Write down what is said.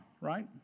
right